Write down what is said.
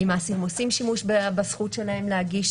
האם האסירים עושים שימוש בזכות שלהם להגיש